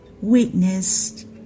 witnessed